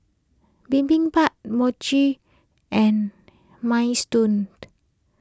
Bibimbap Mochi and Minestrone